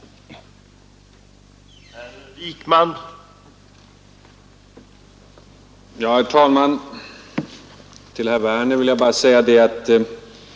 Är förhandlingsvägen stängd, återstår ju bara uppgivandet eller kampen.